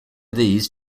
these